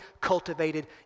cultivated